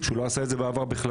שהוא לא עשה את זה בעבר בכלל.